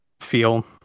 feel